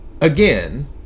Again